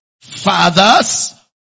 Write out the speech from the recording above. Fathers